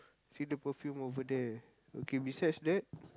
see the perfume over there okay besides that